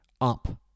up